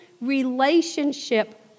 relationship